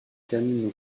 termine